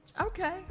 Okay